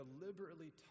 deliberately